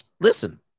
listen